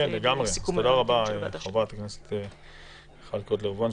תודה רבה, חברת הכנסת מיכל קוטלר וונש.